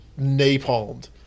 napalmed